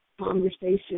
conversation